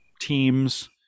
teams